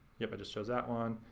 yep i just chose that one.